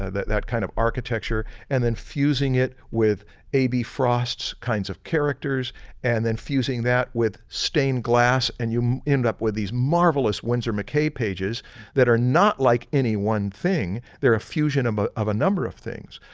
ah that that kind of architecture and then fusing it with a b frost's kinds of characters and then fusing that with stained glass and you end up with these marvelous winsor mccay pages that are not like any one thing, they're a fusion of ah of a number of things.